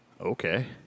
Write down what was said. Okay